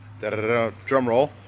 drumroll